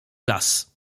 las